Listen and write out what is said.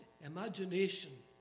imagination